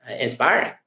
inspiring